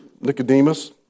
Nicodemus